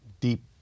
deep